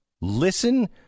Listen